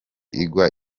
igwa